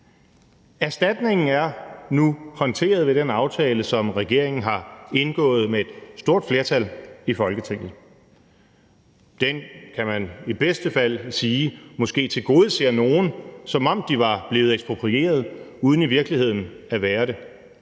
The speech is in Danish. Erstatningen er nu håndteret ved den aftale, som regeringen har indgået med et stort flertal i Folketinget. Den kan man i bedste fald sige måske tilgodeser nogle, som om de var blevet eksproprieret uden i virkeligheden at være det.